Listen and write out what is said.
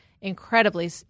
incredibly